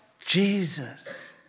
Jesus